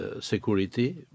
security